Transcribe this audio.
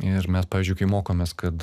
ir mes pavyzdžiui kai mokomės kad